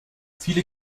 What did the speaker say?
viele